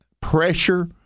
pressure